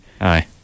Aye